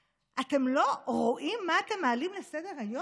אתם לא רואים מה אתם מעלים על סדר-היום?